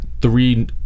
three